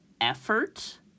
effort